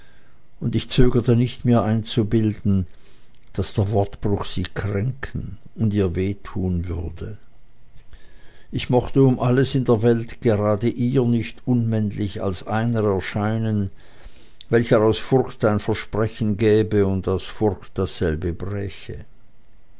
und ich zögerte nicht mir einzubilden daß der wortbruch sie kränken und ihr weh tun würde ich mochte um alles in der welt gerade vor ihr nicht unmännlich als einer erscheinen welcher aus furcht ein versprechen gäbe und aus furcht dasselbe bräche